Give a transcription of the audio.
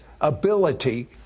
ability